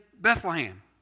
Bethlehem